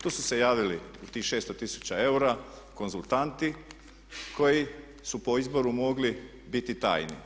Tu su se javili u tih 600 tisuća eura konzultanti koji su po izboru mogli biti tajni.